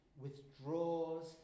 withdraws